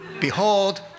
behold